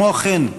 כמו כן,